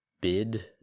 bid